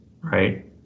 right